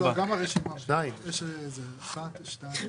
אמרתי שהכסף הזה יעבור.